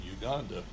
Uganda